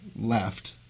left